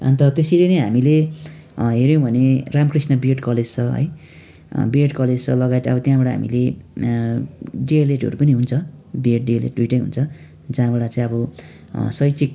अन्त त्यसरी नै हामीले हेर्यौँ भने रामकृष्ण बिएड कलेज छ है बिएड कलेज छ लगायत अब त्यहाँबाट हामीले डिएलएडहरू पनि हुन्छ बिएड डिएलएड दुइटै हुन्छ जहाँबाट चाहिँ अब शैक्षिक